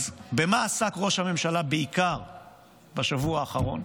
אז במה עסק בעיקר ראש הממשלה בשבוע האחרון?